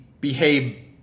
behave